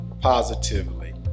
positively